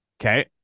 okay